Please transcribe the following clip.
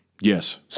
Yes